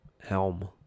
helm